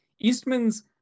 Eastman's